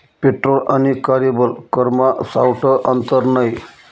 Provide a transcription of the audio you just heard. petrol आणि कार्यबल करमा सावठं आंतर नै